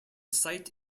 site